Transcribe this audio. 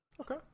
Okay